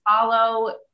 follow